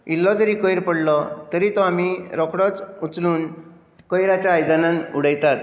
इल्लो जरी कयर पडलो तरी तो आमी रोखडोच उचलून कयराच्या आयदनान उडयतात